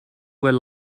were